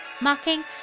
mocking